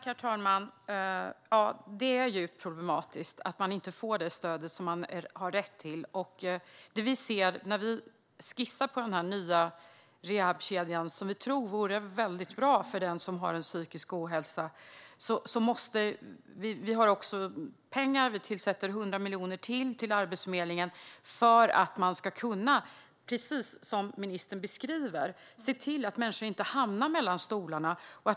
Herr talman! Ja, det är problematiskt att man inte får det stöd som man har rätt till. När vi nu skissar på den nya rehabkedjan tror vi att det vore väldigt bra för den som har psykisk ohälsa att det finns en ökad kompetens där ute när det gäller de här diagnoserna. Vi har pengar, och vi tillsätter ytterligare 100 miljoner till Arbetsförmedlingen för att man ska kunna, precis som ministern beskriver, se till att människor inte hamnar mellan stolarna.